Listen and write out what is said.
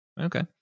Okay